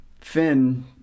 Finn